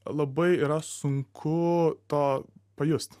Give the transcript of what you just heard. labai yra sunku to pajust